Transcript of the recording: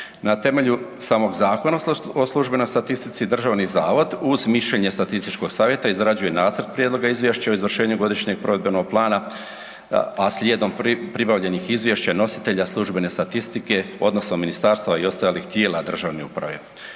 Na temelju samog Zakona o službenoj statistici, državni zavod uz mišljenje statističkog savjeta izrađuje nacrt prijedloga izvješća o izvršenju godišnjeg provedbenog plana, a slijedom pribavljenih izvješća nositelja službene statistike odnosno ministarstva i ostalih tijela državne uprave.